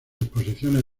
exposiciones